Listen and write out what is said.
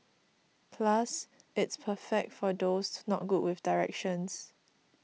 plus it's perfect for those not good with directions